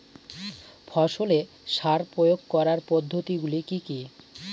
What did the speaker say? ফসলে সার প্রয়োগ করার পদ্ধতি গুলি কি কী?